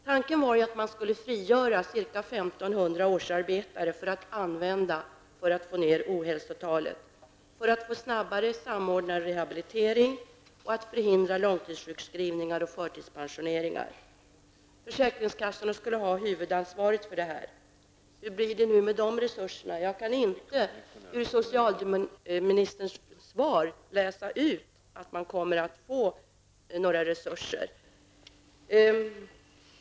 Tanken var att man skulle frigöra ca 1 500 årsarbetare som skulle kunna användas för att få ner ohälsotalet, för att få till stånd en snabbare samordning av rehabiliteringen och förhindra långtidssjukskrivningar och förtidspensioneringar. Försäkringskassorna skulle ha huvudansvaret för detta. Hur blir det nu med de resurserna? Jag kan inte ur socialministerns svar läsa ut att det kommer att bli fråga om några resurser.